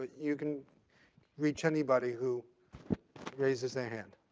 you can reach anybody who raises their hand.